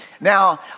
Now